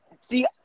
See